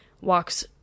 walks